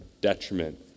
detriment